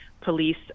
police